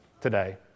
today